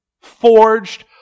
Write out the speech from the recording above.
forged